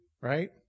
right